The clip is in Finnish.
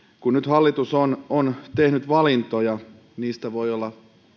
kun nyt hallitus on on tehnyt valintoja joista voi olla